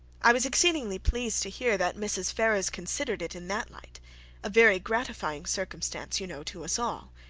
i was exceedingly pleased to hear that mrs. ferrars considered it in that light a very gratifying circumstance you know to us all.